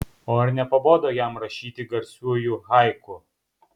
o ar nepabodo jam rašyti garsiųjų haiku